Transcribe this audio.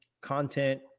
content